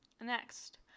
next